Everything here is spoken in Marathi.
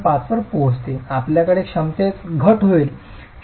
5 वर पोहोचते आपल्याकडे क्षमतेत घट होईल 0 खाली